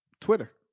Twitter